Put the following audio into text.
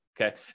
okay